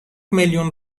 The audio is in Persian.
میلیون